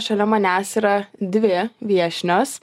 šalia manęs yra dvi viešnios